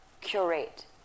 curate